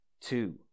two